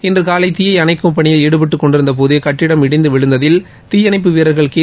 இன்று காலை தீயை அணைக்கும் பணியில் ஈடுபட்டு கொண்டிருந்த போது கட்டிடம் இடிந்து விழுந்ததில் தீயணைப்பு வீரர்கள் கே